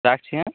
রাখছি হ্যাঁ